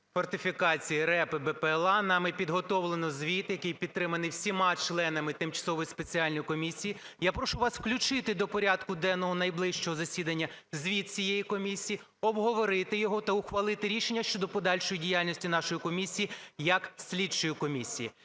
фортифікацій, РЕБ і БПЛА, нами підготовлено звіт, який підтриманий всіма членами тимчасової спеціальної комісії. Я прошу вас включити до порядку денного найближчого засідання звіт цієї комісії, обговорити його та ухвалити рішення щодо подальшої діяльності нашої комісії як слідчої комісії.